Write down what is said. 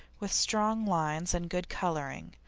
with strong lines and good colouring,